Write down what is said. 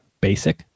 basic